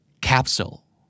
Capsule